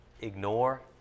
ignore